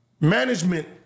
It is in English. management